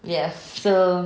ya so